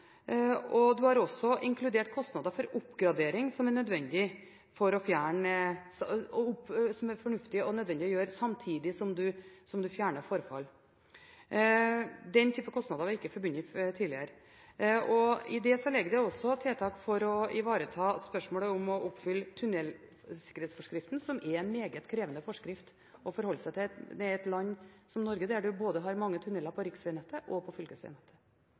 har også inkludert kostnader for oppgradering som er nødvendig og fornuftig å gjennomføre samtidig som man fjerner forfallet. Den typen kostnader var ikke inkludert tidligere. I dette ligger det også tiltak for å ivareta spørsmålet om å oppfylle tunnelsikkerhetsforskriften, som er en meget krevende forskrift å forholde seg til i et land som Norge, der man har både tunneler på riksvegnettet og på